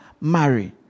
marry